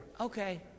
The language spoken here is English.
Okay